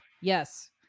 yes